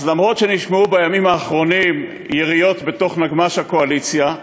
אז אף שנשמעו בימים האחרונים יריות בתוך נגמ"ש הקואליציה,